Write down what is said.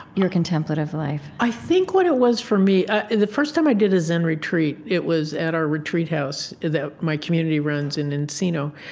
your contemplative life? i think what it was for me the first time i did a zen retreat, it was at our retreat house my community runs in encino.